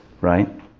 right